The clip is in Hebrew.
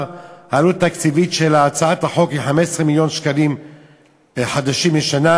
העלות התקציבית של הצעת החוק היא 15 מיליון שקלים חדשים לשנה,